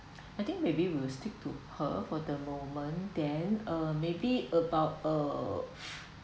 I think maybe we'll stick to perth for the moment then uh maybe about uh